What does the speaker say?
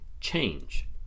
change